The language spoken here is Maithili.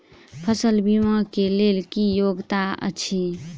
फसल बीमा केँ लेल की योग्यता अछि?